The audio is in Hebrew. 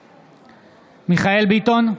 בעד מיכאל מרדכי ביטון,